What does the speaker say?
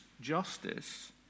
justice